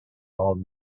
old